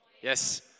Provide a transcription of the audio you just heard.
Yes